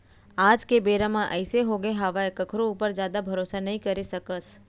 आज के बेरा म अइसे होगे हावय कखरो ऊपर जादा भरोसा नइ करे सकस